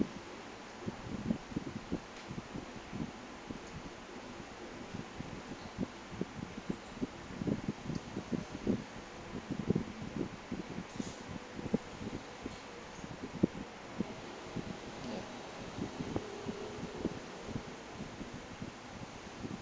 ya